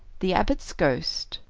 the abbot's ghost,